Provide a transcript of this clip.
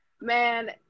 Man